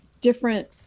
different